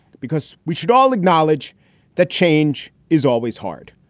because we should all acknowledge that change is always hard.